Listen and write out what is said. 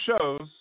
shows